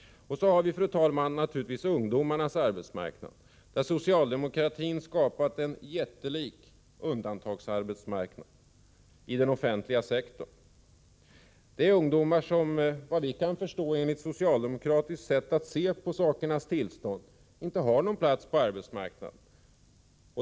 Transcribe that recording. Och så har vi, fru talman, naturligtvis ungdomarnas arbetsmarknad, där socialdemokratin har skapat en jättelik undantagsarbetsmarknad i den offentliga sektorn. Det är ungdomar som vad vi kan förstå enligt socialdemokraternas sätt att se på saken inte har någon plats på arbetsmarknaden.